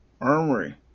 Armory